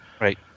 Right